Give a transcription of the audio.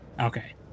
Okay